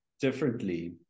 differently